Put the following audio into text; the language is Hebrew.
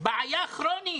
בעיה כרונית